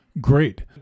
great